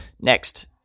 next